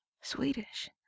Swedish